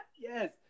Yes